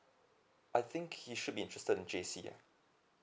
I think he should be interested in J_C ah